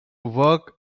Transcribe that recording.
work